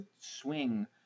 swing